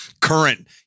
current